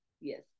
Yes